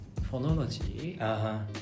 phonology